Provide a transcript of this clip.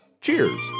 Cheers